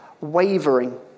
wavering